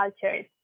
cultures